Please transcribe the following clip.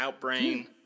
Outbrain